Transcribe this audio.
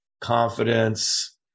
confidence